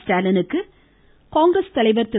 ஸ்டாலினுக்கு காங்கிரஸ் தலைவர் திரு